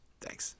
Thanks